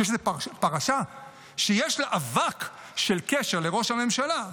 כשיש פרשה שיש לה אבק של קשר לראש הממשלה,